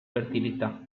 fertilità